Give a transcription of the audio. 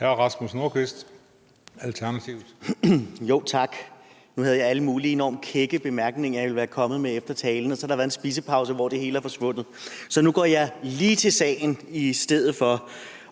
19:07 Rasmus Nordqvist (ALT): Tak. Nu havde jeg alle mulige enormt kække bemærkninger, jeg ville være kommet med efter talen, men så har der været en spisepause, hvor det hele er forsvundet. Så nu går jeg i stedet for lige til sagen